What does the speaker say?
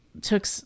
took